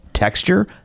Texture